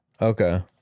okay